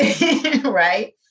Right